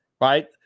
right